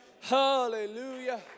Hallelujah